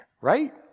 Right